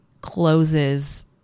closes